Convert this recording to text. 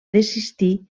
desistir